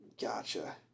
Gotcha